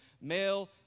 male